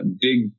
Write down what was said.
big